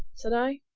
said i.